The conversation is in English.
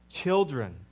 Children